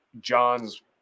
John's